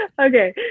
Okay